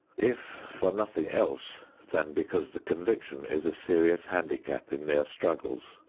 if for nothing else than because the conviction is a serious handicap in their struggles.